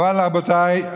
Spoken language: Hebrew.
רבותיי,